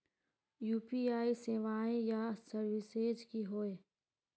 UPI सेवाएँ या services की होय?